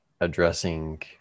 addressing